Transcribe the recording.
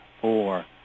four